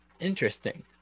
interesting